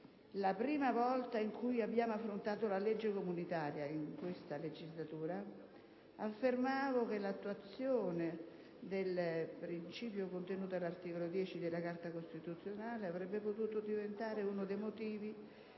la prima volta in cui abbiamo affrontato la legge comunitaria in questa legislatura affermavo che l'attuazione del principio contenuto nell'articolo 10 della Carta costituzionale avrebbe potuto diventare uno dei motori